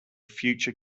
future